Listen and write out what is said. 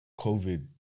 COVID